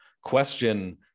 question